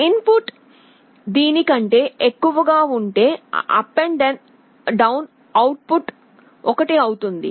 in put దీని కంటే ఎక్కువగా ఉంటే U D 'అవుట్ పుట్ 1 అవుతుంది